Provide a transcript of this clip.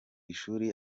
ishuri